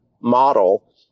model